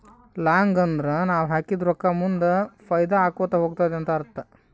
long ಅಂದುರ್ ನಾವ್ ಹಾಕಿದ ರೊಕ್ಕಾ ಮುಂದ್ ಫೈದಾ ಆಕೋತಾ ಹೊತ್ತುದ ಅಂತ್ ಅರ್ಥ